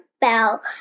bell